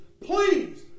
please